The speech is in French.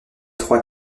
trois